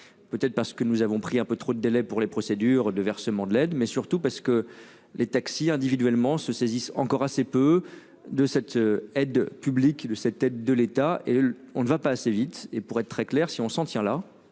Peut être parce que nous avons pris un peu trop de délais pour les procédures de versement de l'aide, mais surtout parce que les taxis individuellement se saisissent encore assez peu de cette aide publique de cette tête de l'État et on ne va pas assez vite et pour être très clair, si on s'en tient là,